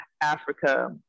Africa